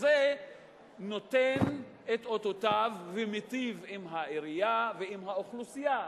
נותנת את אותותיה ומיטיבה עם העירייה ועם האוכלוסייה.